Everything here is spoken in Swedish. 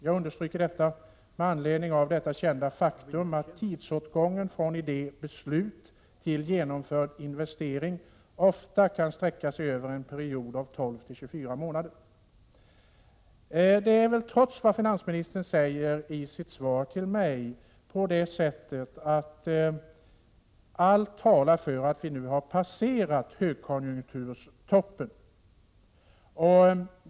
Jag understryker detta med anledning av att det är ett känt faktum, att tidsåtgången från idé/beslut till genomförd investering ofta kan sträcka sig över en period av 12—24 månader. Trots det finansministern säger i sitt svar till mig talar allt för att vi nu har passerat högkonjunkturstoppen.